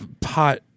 pot